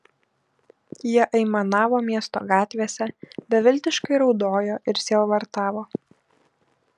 jie aimanavo miesto gatvėse beviltiškai raudojo ir sielvartavo